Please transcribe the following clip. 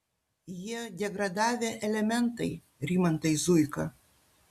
jie degradavę elementai rimantai zuika